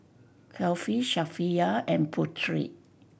Kefli Safiya and Putri